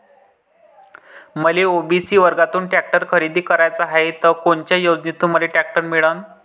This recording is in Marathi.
मले ओ.बी.सी वर्गातून टॅक्टर खरेदी कराचा हाये त कोनच्या योजनेतून मले टॅक्टर मिळन?